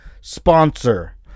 sponsor